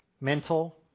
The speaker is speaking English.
mental